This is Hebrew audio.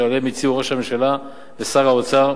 שעליהם הצהירו ראש הממשלה ושר האוצר.